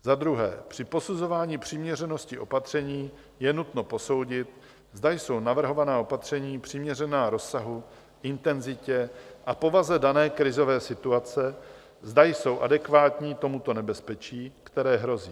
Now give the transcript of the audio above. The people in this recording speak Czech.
Za druhé při posuzování přiměřenosti opatření je nutno posoudit, zda jsou navrhovaná opatření přiměřená rozsahu, intenzitě a povaze dané krizové situace, zda jsou adekvátní tomuto nebezpečí, které hrozí.